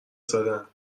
زدن